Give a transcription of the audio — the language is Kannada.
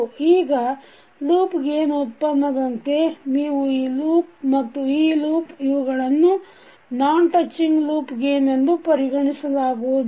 ಈಗ ಲೂಪ್ ಗೇನ್ ಉತ್ಪನ್ನದಂತೆ ನೀವು ಈ ಲೂಪ್ ಮತ್ತು ಈ ಲೂಪ್ ಇವುಗಳನ್ನು ನಾನ್ ಟಚ್ಚಿಂಗ್ ಲೂಪ್ ಗೇನ್ ಎಂದು ಪರಿಗಣಿಸಲಾಗುವುದಿಲ್ಲ